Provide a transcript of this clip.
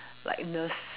like nurse